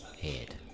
head